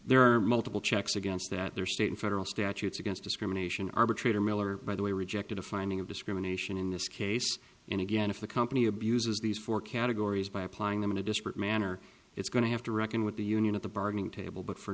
there are multiple checks against that there are state and federal statutes against discrimination arbitrator miller by the way rejected a finding of discrimination in this case and again if the company abuses these four categories by applying them in a disparate manner it's going to have to reckon with the union at the bargaining table but for